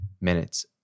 minutes